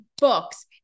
books